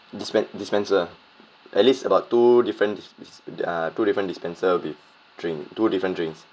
dispen~ dispenser at least about two different dis~ dis~ di~ uh two different dispenser will be drink two different drinks